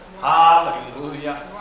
Hallelujah